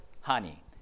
honey